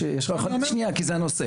יש לך חצי שנייה כי זה הנושא,